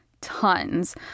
tons